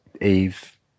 Eve